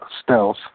Stealth